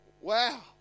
wow